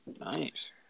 Nice